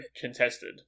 contested